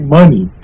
money